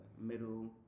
middle